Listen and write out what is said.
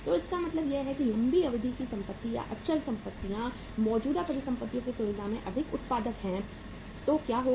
तो इसका मतलब है कि लंबी अवधि की संपत्ति या अचल संपत्तियां मौजूदा परिसंपत्तियों की तुलना में अधिक उत्पादक हैं तो क्या होगा